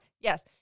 Yes